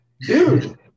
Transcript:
dude